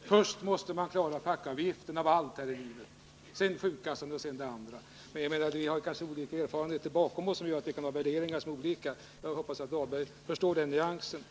först måste klara fackavgiften — den var viktigast i livet —, sedan sjukkassan och sedan det andra. Men vi har kanske olika erfarenheter bakom oss som gör att vi har värderingar som skiljer sig åt. Jag hoppas dock att Rolf Dahlberg uppfattade nyansen.